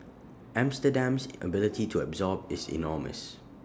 Amsterdam's ability to absorb is enormous